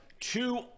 two